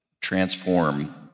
transform